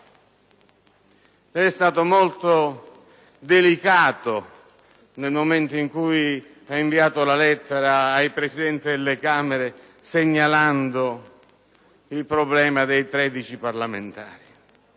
è stato molto delicato quando ha inviato la lettera ai Presidenti delle Camere, segnalando il problema dei 13 parlamentari.